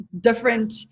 different